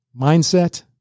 mindset